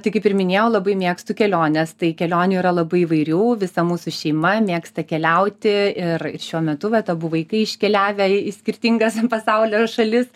tai kaip ir minėjau labai mėgstu keliones tai kelionių yra labai įvairių visa mūsų šeima mėgsta keliauti ir ir šiuo metu vat abu vaikai iškeliavę į skirtingas pasaulio šalis